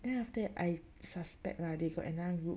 then after that I suspect lah they got another group